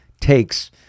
takes